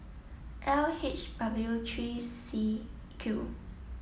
L H W three C Q